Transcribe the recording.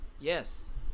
Yes